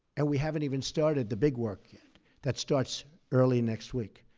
and we haven't even started the big work that starts early next week.